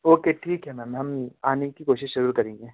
okay ठीक है ma'am हम आने की कोशिश ज़रूर करेंगे